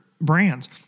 brands